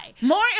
More